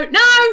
no